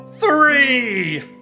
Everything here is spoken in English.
Three